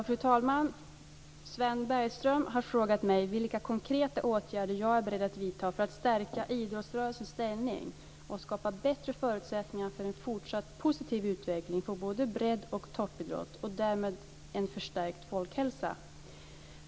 Fru talman! Sven Bergström har frågat mig vilka konkreta åtgärder jag är beredd att vidta för att stärka idrottsrörelsens ställning och skapa bättre förutsättningar för en fortsatt positiv utveckling för både bredd och toppidrott och därmed en förstärkt folkhälsa.